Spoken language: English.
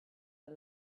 are